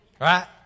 Right